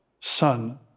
son